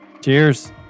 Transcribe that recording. Cheers